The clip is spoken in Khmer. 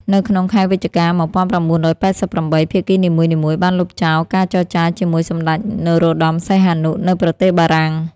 នៅក្នុងខែវិច្ឆិកា ១៩៨៨ ភាគីនីមួយៗបានលុបចោលការចរចាជាមួយសម្ដេច នរោត្តមសីហនុ នៅប្រទេសបារាំង។